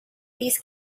these